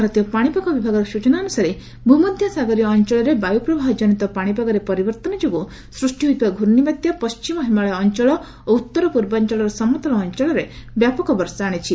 ଭାରତୀୟ ପାଣିପାଗ ବିଭାଗର ସ୍ନଚନା ଅନୁସାରେ ଭୂମଧ୍ୟ ସାଗରୀୟ ଅଞ୍ଚଳରେ ବାୟୁ ପ୍ରବାହ କ୍ରନିତ ପାଣିପାଗରେ ପରିବର୍ତ୍ତନ ଯୋଗୁଁ ସୃଷ୍ଟି ହୋଇଥିବା ଘ୍ରର୍ଷିବାତ୍ୟା ପଣ୍ଟିମ ହିମାଳୟ ଅଞ୍ଚଳ ଓ ଉତ୍ତର ପୂର୍ବାଞ୍ଚଳର ସମତଳ ଅଞ୍ଚଳରେ ବ୍ୟାପକ ବର୍ଷା ଆଣିଛି